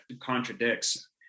contradicts